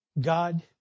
god